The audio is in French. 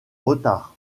retards